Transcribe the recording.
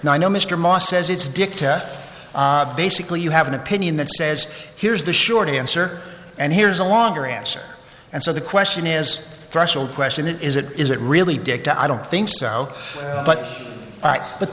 know mr moss says it's dicta basically you have an opinion that says here's the short answer and here's a longer answer and so the question is a threshold question is it is it really dick to i don't think so but but